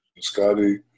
Scotty